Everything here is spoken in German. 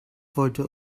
wollte